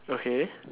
okay